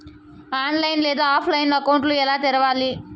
online లేదా ఆఫ్లైన్లో account ఎలా తెరవాలి